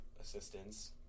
assistance